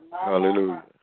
hallelujah